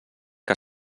que